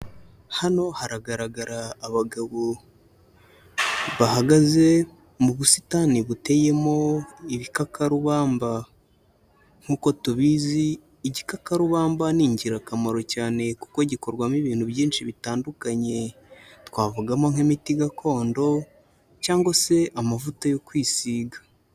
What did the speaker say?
Hano haragaragara abagabo, bahagaze mu busitani buteyemo ibikakarubamba nk'uko tubizi, igikakarubamba ni ingirakamaro cyane kuko gikorwamo ibintu byinshi bitandukanye; twavugamo nk'imiti gakondo cyangwa se amavuta yo kwisiga.